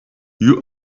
you